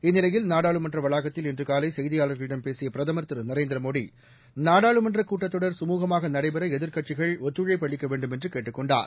இந்நிலையில் நாடாளுமன்ற வளாகத்தில் இன்று னலை செய்தியாளர்களிடம் பேசிய பிரதம் திரு நரேந்திரமோடி நாடாளுமன்ற கூட்டத்தொடர் கமூகமாக நடைபெற எதிர்க்கட்சிகள் ஒத்துழைப்பு அளிக்க வேண்டுமென்று கேட்டுக் கொண்டார்